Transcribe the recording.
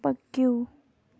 پٔکِو